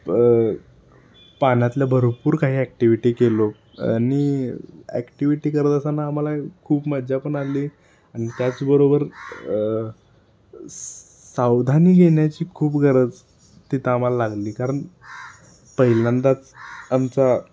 प पाण्यातल्या भरपूर काही ॲक्टिव्हिटी केलो आणि ॲक्टिव्हिटी करत असताना आम्हाला खूप मज्जा पण आली आणि त्याचबरोबर सावधानी घेण्याची खूप गरज तिथं आम्हाला लागली कारण पहिल्यांदाच आमचा